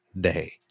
day